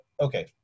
Okay